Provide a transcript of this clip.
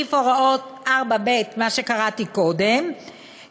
סעיף הוראות 4ב" מה שקראתי קודם,